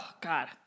God